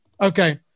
Okay